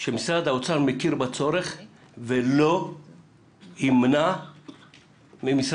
שמשרד האוצר מכיר בצורך ולא ימנע ממשרד